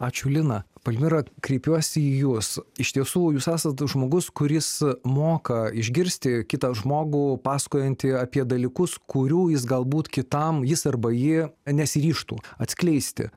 ačiū lina palmira kreipiuosi į jus iš tiesų jūs esat žmogus kuris moka išgirsti kitą žmogų pasakojantį apie dalykus kurių jis galbūt kitam jis arba ji nesiryžtų atskleisti